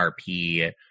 RP